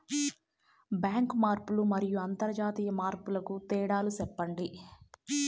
Bank మార్పులు మరియు అంతర్జాతీయ మార్పుల కు తేడాలు సెప్పండి?